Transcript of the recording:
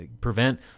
prevent